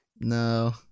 No